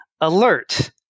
alert